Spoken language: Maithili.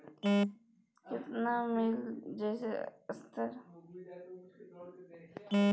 केतना मिल जेतै सर?